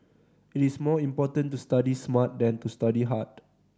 it is more important to study smart than to study hard